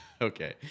Okay